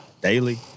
daily